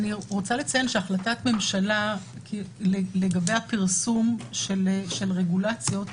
אני רוצה לציין שהחלטת ממשלה לגבי הפרסום של רגולציות,